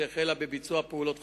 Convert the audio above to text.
שהחלה בביצוע פעולות חקירה,